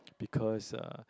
because uh